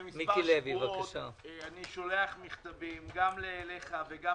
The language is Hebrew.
מזה מספר שבועות אני שולח מכתבים גם אליך וגם